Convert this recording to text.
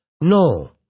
No